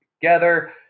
together